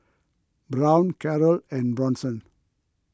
Brown Carroll and Bronson